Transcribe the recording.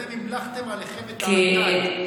אתם המלכתם עליכם את האטד.